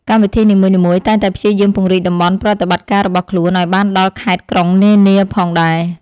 កម្មវិធីនីមួយៗតែងតែព្យាយាមពង្រីកតំបន់ប្រតិបត្តិការរបស់ខ្លួនឱ្យបានដល់ខេត្តក្រុងនានាផងដែរ។